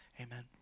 amen